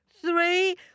three